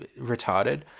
retarded